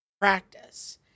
practice